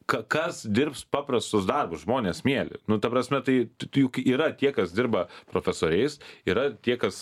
ka kas dirbs paprastus darbus žmonės mieli nu ta prasme tai juk yra tie kas dirba profesoriais yra ir tie kas